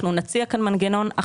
אנחנו נציע כאן מנגנון,